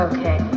Okay